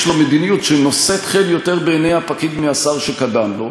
יש לו מדיניות שנושאת חן בעיני הפקיד יותר מאשר לשר שקדם לו,